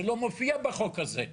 זה לא מופיע בחוק הזה.